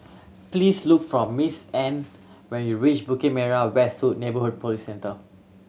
please look for Miss Anne when you reach Bukit Merah West Neighbourhood Police Centre